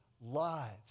lives